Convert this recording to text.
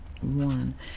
One